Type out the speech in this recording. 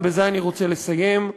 ובזה אני רוצה לסיים,